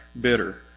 bitter